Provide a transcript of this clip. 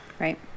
Right